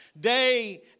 Day